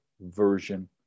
version